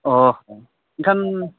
ᱚ ᱦᱚᱸ ᱮᱱᱠᱷᱟᱱ